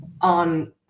on